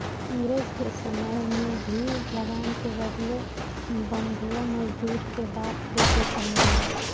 अंग्रेज के समय में भी लगान के बदले बंधुआ मजदूरी के बात देखे के मिलेला